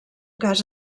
cas